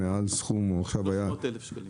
זה מעל סכום --- 300,000 שקלים.